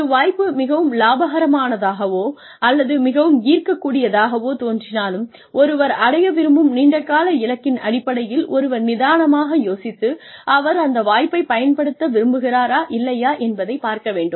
ஒரு வாய்ப்பு மிகவும் இலாபகரமானதாகவோ அல்லது மிகவும் ஈர்க்கக்கூடியதாகவோ தோன்றினாலும் ஒருவர் அடைய விரும்பும் நீண்டகால இலக்கின் அடிப்படையில் ஒருவர் நிதானமாக யோசித்து அவர் அந்த வாய்ப்பைப் பயன்படுத்த விரும்புகிறாரா இல்லையா என்பதை பார்க்க வேண்டும்